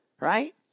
Right